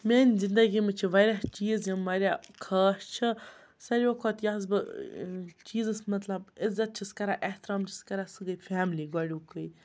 میٛانہِ زندگی منٛز چھِ واریاہ چیٖز یِم واریاہ خاص چھِ ساروٕیو کھۄتہٕ یَس بہٕ چیٖزَس مطلب عزت چھَس کَران احترام چھَس کَران سُہ گٔے فیملی گۄڈیُکُے